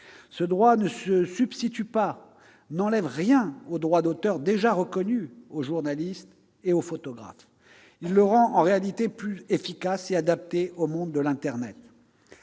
Ce droit ne se substitue pas et n'enlève rien au droit d'auteur déjà reconnu aux journalistes et aux photographes. Il le rend en réalité plus efficace et adapté au monde de l'internet.